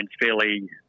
fairly